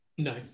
No